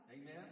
Amen